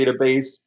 Database